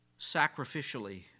sacrificially